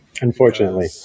Unfortunately